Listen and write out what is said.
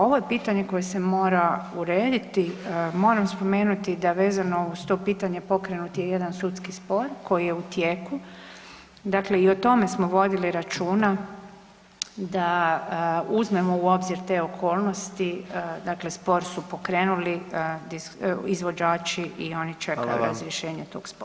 Ovo je pitanje koje se mora urediti, moram spomenuti da vezano uz to pitanje pokrenut je jedan sudski spor koji je u tijeku, dakle i o tome smo vodili računa da uzmemo u obzir te okolnosti dakle spor su pokrenuli izvođači i oni čekaju razrješenje tog spora.